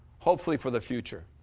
hopefully, for the future.